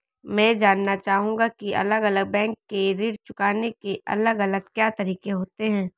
मैं जानना चाहूंगा की अलग अलग बैंक के ऋण चुकाने के अलग अलग क्या तरीके होते हैं?